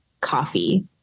coffee